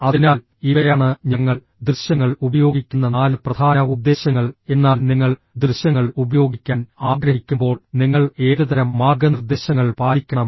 അതിനാൽ ഇവയാണ് ഞങ്ങൾ ദൃശ്യങ്ങൾ ഉപയോഗിക്കുന്ന നാല് പ്രധാന ഉദ്ദേശ്യങ്ങൾ എന്നാൽ നിങ്ങൾ ദൃശ്യങ്ങൾ ഉപയോഗിക്കാൻ ആഗ്രഹിക്കുമ്പോൾ നിങ്ങൾ ഏതുതരം മാർഗ്ഗനിർദ്ദേശങ്ങൾ പാലിക്കണം